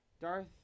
Darth